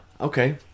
Okay